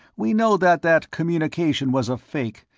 we know that that communication was a fake,